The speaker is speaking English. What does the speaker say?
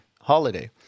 holiday